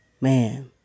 Man